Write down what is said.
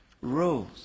rules